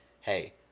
hey